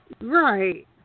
Right